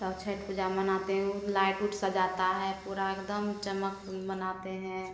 तब छठ पूजा मनाते हैं वो लाइट उट सजाता है पूरा एकदम चमक मनाते हैं